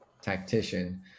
tactician